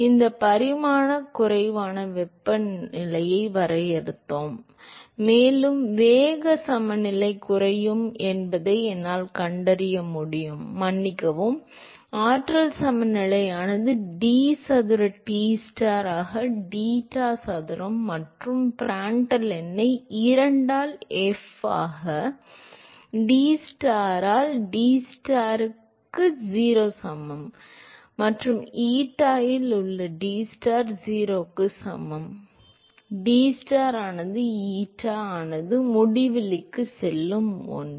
எனவே இந்த பரிமாண குறைவான வெப்பநிலையை வரையறுத்தேன் மேலும் வேக சமநிலை குறையும் என்பதை என்னால் கண்டறிய முடியும் மன்னிக்கவும் ஆற்றல் சமநிலையானது d சதுர Tstar ஆக deta சதுரம் மற்றும் பிராண்ட்டல் எண்ணை 2 ஆல் f ஆக dTstar ஆல் dTstar ஆக 0 க்கு சமம் மற்றும் eta இல் உள்ள Tstar 0 க்கு சமம் 0 மற்றும் Tstar ஆனது eta ஆனது முடிவிலிக்கு செல்லும் 1